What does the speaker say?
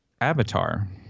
Avatar